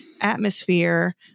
Atmosphere